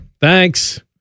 Thanks